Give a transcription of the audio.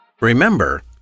Remember